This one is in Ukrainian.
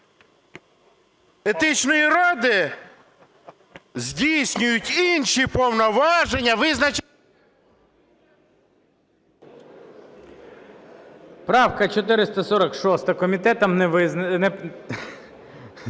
Етичної ради здійснюють інші повноваження…